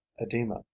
edema